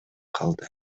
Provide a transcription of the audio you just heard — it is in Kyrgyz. калды